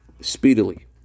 speedily